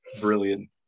Brilliant